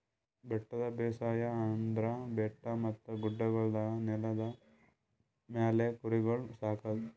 ಬೆಟ್ಟದ ಬೇಸಾಯ ಅಂದುರ್ ಬೆಟ್ಟ ಮತ್ತ ಗುಡ್ಡಗೊಳ್ದ ನೆಲದ ಮ್ಯಾಲ್ ಕುರಿಗೊಳ್ ಸಾಕದ್